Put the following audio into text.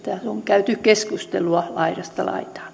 käyty keskustelua laidasta